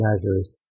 measures